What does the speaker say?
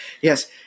Yes